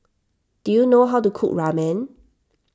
do you know how to cook Ramen